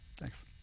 Thanks